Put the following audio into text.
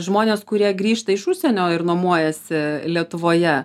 žmonės kurie grįžta iš užsienio ir nuomojasi lietuvoje